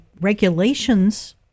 regulations